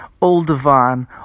all-divine